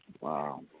Wow